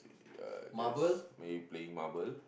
uh yes maybe playing marble